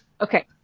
Okay